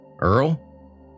Earl